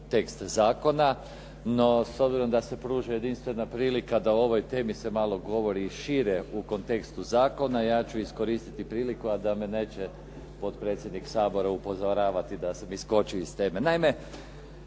tekst zakona. No s obzirom da se pruža jedinstvena prilika da o ovoj temi se malo govori i šire u kontekstu zakona, ja ću iskoristiti priliku, a da me neće potpredsjednik Sabora upozoravati da sam iskočio iz teme.